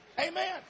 amen